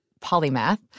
polymath